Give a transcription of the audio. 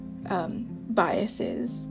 Biases